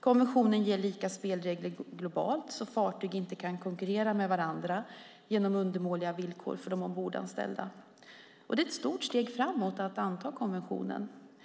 Konventionen ger lika spelregler globalt, så att fartyg inte kan konkurrera med varandra genom undermåliga villkor för de ombordanställda. Det är ett stort steg framåt att anta konventionen.